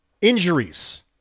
injuries